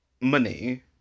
money